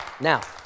now